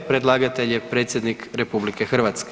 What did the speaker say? Predlagatelj je predsjednik RH.